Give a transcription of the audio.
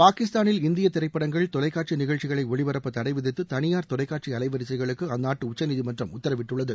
பாகிஸ்தானில் இந்திய திரைப்படங்கள் தொலைக்காட்சி நிகழ்ச்சிகளை ஒளிபரப்ப தடைவிதித்து தனியார் தொலைக்காட்சி அலைவரிசைகளுக்கு அந்நாட்டு உச்சநீதிமன்றம் உத்தரவிட்டுள்ளது